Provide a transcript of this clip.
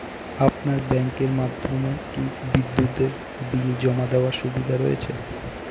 আপনার ব্যাংকের মাধ্যমে কি বিদ্যুতের বিল জমা দেওয়ার সুবিধা রয়েছে?